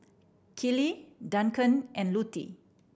Kellee Duncan and Lutie